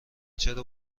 چرا